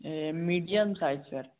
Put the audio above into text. medium size sir